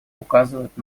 указывают